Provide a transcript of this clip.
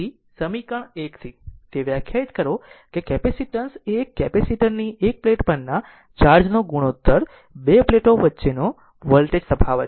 તેથી સમીકરણ 1 થી તે વ્યાખ્યાયિત કરો કે કેપેસિટન્સ એ એક કેપેસિટર ની એક પ્લેટ પરના ચાર્જ નો ગુણોત્તર બે પ્લેટો વચ્ચેનો વોલ્ટેજ તફાવત છે